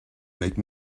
make